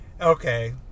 Okay